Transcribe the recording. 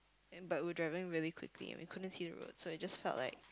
and but we were driving really quickly and we couldn't see the road so it just felt like